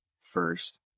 first